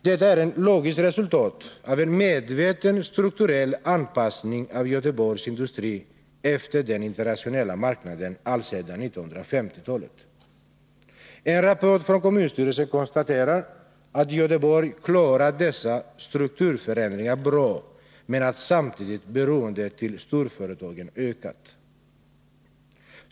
Detta är ett logiskt resultat av en ”medveten” strukturell anpassning av Göteborgs industri till den internationella marknaden alltsedan 1950-talet. I en rapport från kommunstyrelsen konstateras att Göteborg klarat dessa strukturförändringar bra men att samtidigt beroendet av storföretagen ökat.